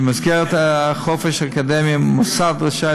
הקובע כי במסגרת החופש האקדמי מוסד רשאי